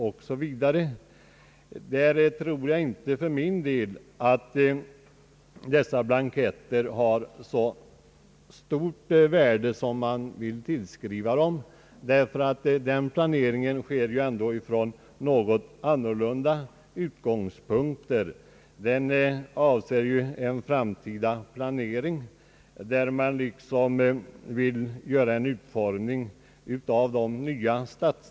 Jag tror inte att dessa blanketter har så stort värde som man vill tillskriva dem. Framtidsplaneringen av nya stadsdelar eller kommundelar görs från andra utgångspunkter. Därför har jag inte kunnat ansluta mig till reservationen, och jag ber, herr talman, att få yrka bifall till utskottets hemställan.